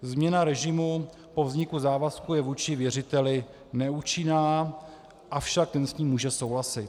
Změna režimu po vzniku závazku je vůči věřiteli neúčinná, avšak ten s ním může souhlasit.